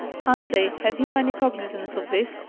huntley, have you any cognizance of this?